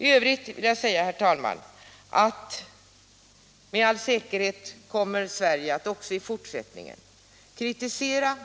I övrigt vill jag säga, herr talman, att Sverige med all säkerhet även i fortsättningen kommer att kritisera